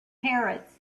parrots